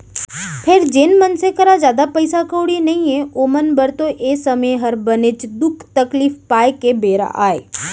फेर जेन मनसे करा जादा पइसा कउड़ी नइये ओमन बर तो ए समे हर बनेच दुख तकलीफ पाए के बेरा अय